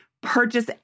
purchase